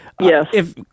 Yes